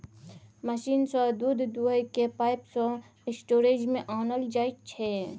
machine सँ दुध दुहि कए पाइप सँ स्टोरेज मे आनल जाइ छै